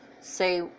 say